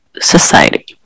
society